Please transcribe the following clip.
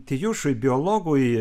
tijušui biologui